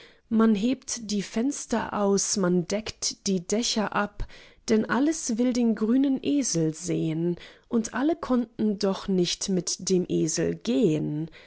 man hebt die fenster aus man deckt die dächer ab denn alles will den grünen esel sehn und alle konnten doch nicht mit dem esel gehn